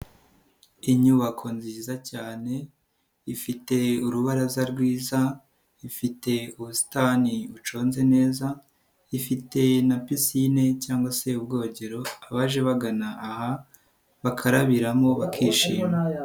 Inyubako nziza cyane ifite urubaraza rwiza, ifite ubusitani buconze neza ifite na pisine cyangwa se ubwogero abaje bagana aha bakarabiramo bakishima.